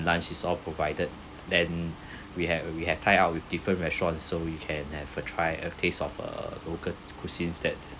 lunch is all provided then we have we have tie up with different restaurants so we can have a try of tastes of uh local cuisines that